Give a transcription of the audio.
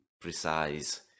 precise